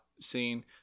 scene